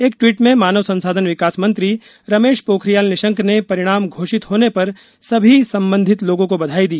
एक टवीट में मानव संसाधन विकास मंत्री रमेश पोखरियाल निशंक ने परिणाम घोषित होने पर सभी संबंधित लोगों को बधाई दी